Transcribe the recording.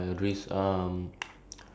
that's like the most simple like